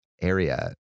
area